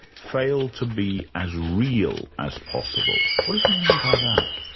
fail to be as real as possible. what does he mean by that?